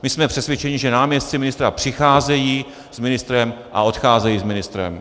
My jsme přesvědčeni, že náměstci ministra přicházejí s ministrem a odcházejí s ministrem.